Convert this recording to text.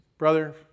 Brother